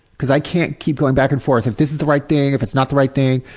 cuz i can't keep going back and forth. if this is the right thing, if it's not the right thing.